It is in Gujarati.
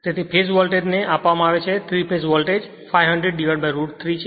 તેથી ફેજ વોલ્ટેજ તે આપવામાં આવે છે થ્રી ફેજ વોલ્ટેજ 500root 3 છે